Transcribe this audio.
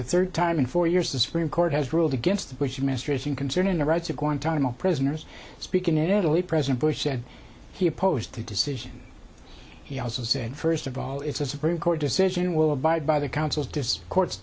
the third time in four years the supreme court has ruled against the bush administration concerning the rights of guantanamo prisoners speaking in italy president bush said he opposed to decision he also said first of all it's a supreme court decision will abide by the council's decision court's